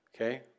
okay